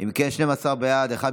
והיא